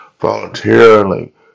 voluntarily